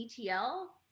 ETL